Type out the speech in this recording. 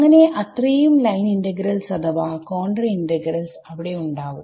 അങ്ങനെ അത്രയും line integrals അഥവാ കോണ്ടർ ഇന്റഗ്രൽസ് അവിടെ ഉണ്ടാവും